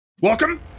Welcome